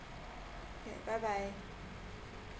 bye bye